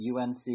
UNC